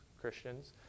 Christians